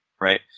Right